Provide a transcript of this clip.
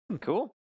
Cool